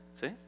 see